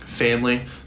family